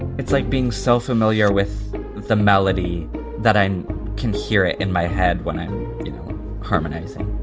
it's like being so familiar with the melody that i can hear it in my head when i'm harmonizing